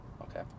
okay